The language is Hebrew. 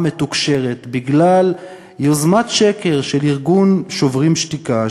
מתוקשרת בגלל יוזמת שקר של ארגון "שוברים שתיקה",